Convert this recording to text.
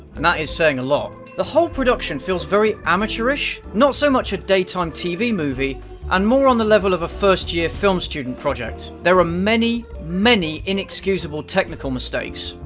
and that is saying a lot. the whole production feels very amateurish, not so much a daytime tv movie and more on the level of a first-year film student project. there are many many inexcusable technical mistakes.